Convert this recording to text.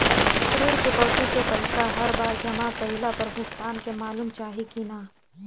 ऋण चुकौती के पैसा हर बार जमा कईला पर भुगतान के मालूम चाही की ना?